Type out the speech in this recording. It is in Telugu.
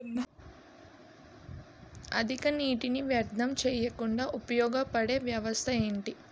అధిక నీటినీ వ్యర్థం చేయకుండా ఉపయోగ పడే వ్యవస్థ ఏంటి